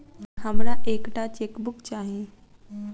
हमरा एक टा चेकबुक चाहि